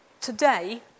Today